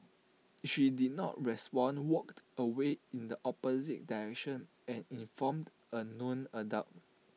she did not respond walked away in the opposite direction and informed A known adult